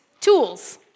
tools